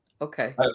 Okay